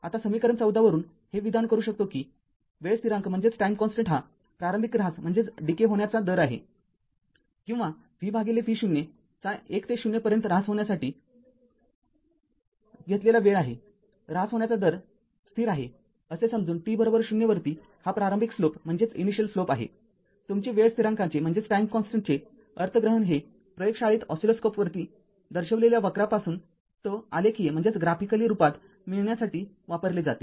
आता समीकरण १४ वरून हे विधान करू शकतो कि वेळ स्थिरांक हा प्रारंभिक ऱ्हास होण्याचा दर आहे किंवा vv0 चा एक ते ० पर्यंत ऱ्हास होण्यासाठी घेतलेला वेळ आहेऱ्हास होण्याचा दर स्थिर आहे असे समजून t० वरती हा प्रारंभिक स्लोप आहेतुमचे वेळ स्थिरांकाचे अर्थग्रहण हे प्रयोगशाळेत ओसीलोस्कोपवरती दर्शविलेल्या वक्रापासून ζ आलेखीय रूपात मिळण्यासाठी वापरले जाते